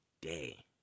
day